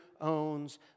owns